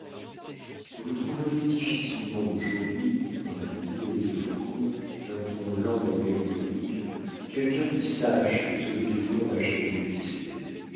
vous trouveriez difficilement aujourd'hui répondit œilde faucon d'un ton lent et mélancolique quelqu'un qui sache que ce vieux fort a jamais existé